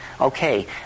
Okay